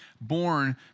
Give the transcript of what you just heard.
born